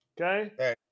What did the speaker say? Okay